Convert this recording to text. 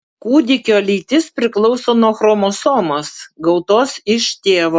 kūdikio lytis priklauso nuo chromosomos gautos iš tėvo